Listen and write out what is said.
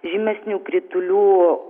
žymesnių kritulių